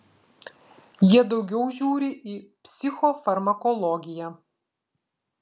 jie daugiau žiūri į psichofarmakologiją